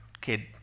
kid